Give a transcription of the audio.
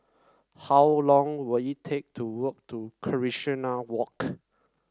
how long will it take to walk to Casuarina Walk